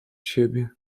siebie